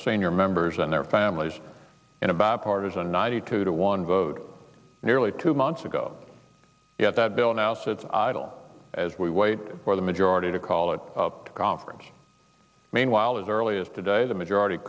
senior members and their families in a bipartisan ninety two to one vote nearly two months ago yet that bill now sits idle as we wait for the majority to call it up conference meanwhile as early as today the majority